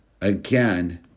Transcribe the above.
again